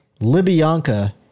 Libyanka